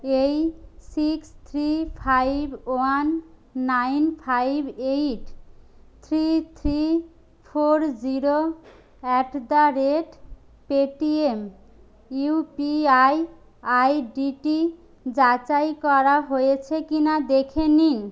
এই six three five one nine five eight three three four zero at the rate Paytm UPI আইডিটি যাচাই করা হয়েছে কি না দেখে নিন